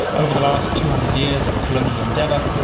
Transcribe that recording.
over the last two hundred years of colonial endeavour,